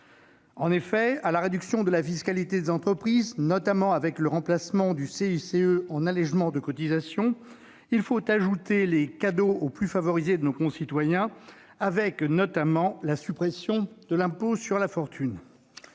En effet, à la réduction de la fiscalité des entreprises, due notamment au remplacement du CICE par des allégements de cotisations, il faut ajouter les cadeaux aux plus favorisés de nos concitoyens, en particulier la suppression de l'impôt sur la fortune.